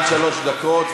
עד שלוש דקות,